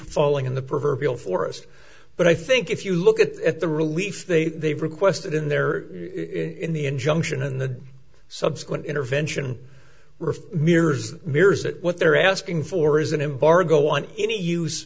falling in the proverbial forest but i think if you look at the relief they requested in in there the injunction and the subsequent intervention were mirrors mirrors that what they're asking for is an embargo on any use